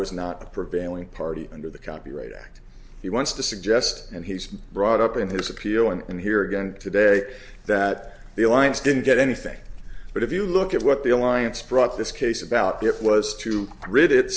was not the prevailing party under the copyright act he wants to suggest and he's brought up in his appeal and here again today that the alliance didn't get anything but if you look at what the alliance brought this case about it was to rid it